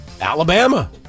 Alabama